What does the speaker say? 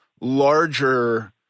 larger